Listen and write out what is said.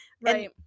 Right